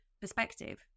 perspective